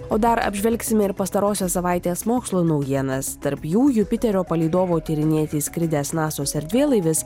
o dar apžvelgsime ir pastarosios savaitės mokslo naujienas tarp jų jupiterio palydovo tyrinėti išskridęs nasos erdvėlaivis